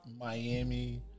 Miami